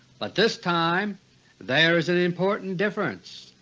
but this time there's an important difference.